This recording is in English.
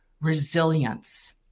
resilience